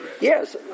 yes